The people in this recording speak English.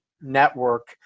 network